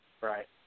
Right